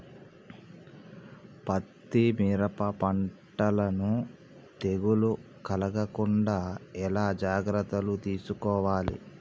పత్తి మిరప పంటలను తెగులు కలగకుండా ఎలా జాగ్రత్తలు తీసుకోవాలి?